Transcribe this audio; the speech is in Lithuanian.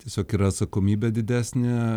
tiesiog yra atsakomybė didesnė